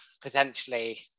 potentially